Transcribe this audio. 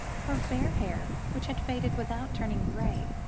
her fair hair, which had faded without turning grey,